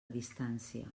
distància